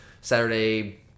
Saturday